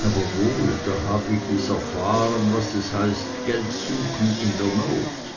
aber wohl da habe ich es erfahren was es heißt geld suchen in der not